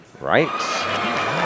Right